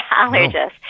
allergist